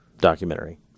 documentary